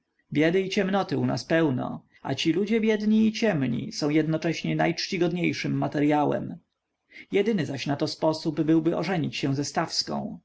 biedy i ciemnoty u nas pełno a ci ludzie biedni i ciemni są jednocześnie najczcigodniejszym materyałem jedyny zaś nato sposób byłby ożenić się ze stawską